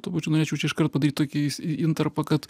tuo pačiu norėčiau čia iškart padaryt tokį intarpą kad